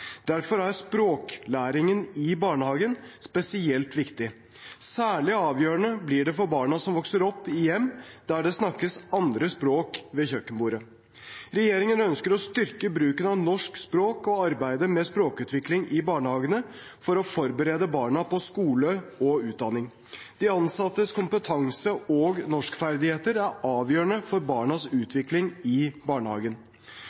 Derfor er språklæringen i barnehagen spesielt viktig. Særlig avgjørende blir det for barna som vokser opp i hjem der det snakkes andre språk ved kjøkkenbordet. Regjeringen ønsker å styrke bruken av norsk språk og arbeidet med språkutvikling i barnehagene for å forberede barna på skole og utdanning. De ansattes kompetanse og norskferdigheter er avgjørende for barnas utvikling i barnehagen.